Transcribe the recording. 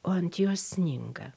o ant jos sninga